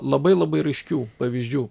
labai labai raiškių pavyzdžių